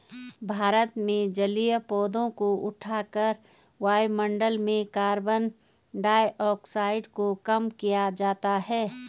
भारत में जलीय पौधों को उठाकर वायुमंडल में कार्बन डाइऑक्साइड को कम किया जाता है